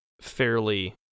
fairly